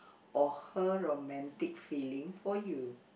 or her romantic feeling for you